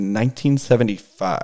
1975